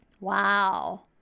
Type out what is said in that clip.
Wow